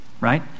right